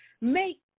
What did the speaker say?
Make